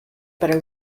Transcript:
better